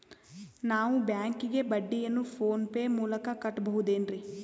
ನಾವು ಬ್ಯಾಂಕಿಗೆ ಬಡ್ಡಿಯನ್ನು ಫೋನ್ ಪೇ ಮೂಲಕ ಕಟ್ಟಬಹುದೇನ್ರಿ?